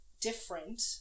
different